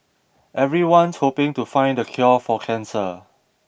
everyone's hoping to find the cure for cancer